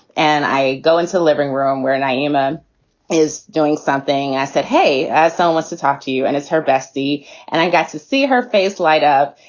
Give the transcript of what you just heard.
and i go into the living room where nyima is doing something i said, hey, assalam wants to talk to you and it's her bestie and i got to see her face light up.